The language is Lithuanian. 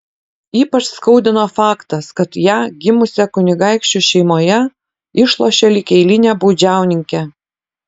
ypač skaudino faktas kad ją gimusią kunigaikščių šeimoje išlošė lyg eilinę baudžiauninkę